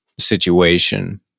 situation